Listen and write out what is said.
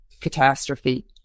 catastrophe